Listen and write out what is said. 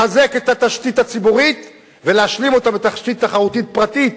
לחזק את התשתית הציבורית ולהשלים אותה בתשתית תחרותית פרטית,